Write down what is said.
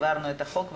העברנו את החוק,